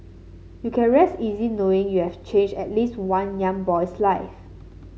you can rest easy knowing you have changed at least one young boy's life